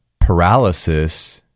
paralysis